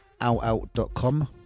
outout.com